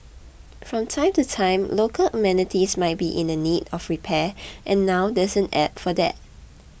from time to time local amenities might be in the need of repair and now there's an app for that